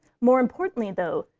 more importantly, though,